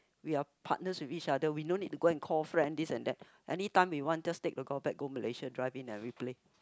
we are partners with each other we no need to go and call friend this and that anytime we want we just take the golf bag go Malaysia drive in and we play